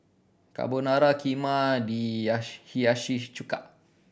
Carbonara Kheema Hiyashi Chuka